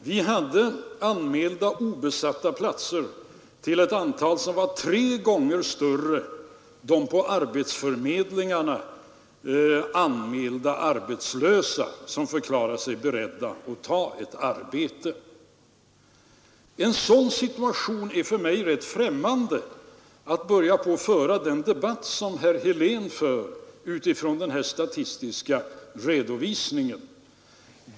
Vi hade anmälda obesatta platser till ett antal som var tre gånger större än antalet på arbetsförmedlingarna anmälda arbetslösa som förklarat sig beredda att ta ett arbete. I en sådan situation är det för mig rätt främmande att föra den debatt som herr Helén för utifrån denna statistiska redovisning.